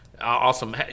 Awesome